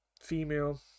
female